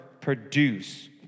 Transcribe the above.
produce